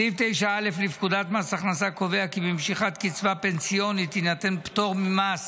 סעיף 9א לפקודת מס הכנסה קובע כי במשיכת קצבה פנסיונית יינתן פטור ממס